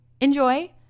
enjoy